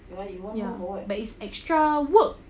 but it's extra work